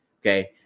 Okay